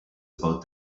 about